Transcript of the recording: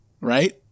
Right